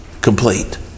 Complete